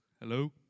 Hello